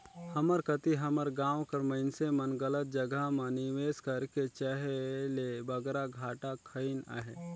हमर कती हमर गाँव कर मइनसे मन गलत जगहा म निवेस करके कहे ले बगरा घाटा खइन अहें